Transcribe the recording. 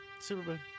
Superman